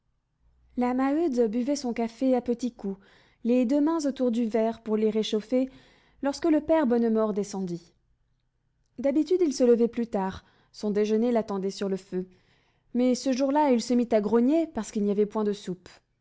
la maheude buvait son café à petits coups les deux mains autour du verre pour les réchauffer lorsque le père bonnemort descendit d'habitude il se levait plus tard son déjeuner l'attendait sur le feu mais ce jour-là il se mit à grogner parce qu'il n'y avait point de soupe